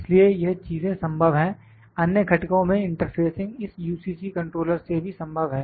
इसलिए यह चीजें संभव है अन्य घटकों में इंटरफेसिंग इस UCC कंट्रोलर से भी संभव है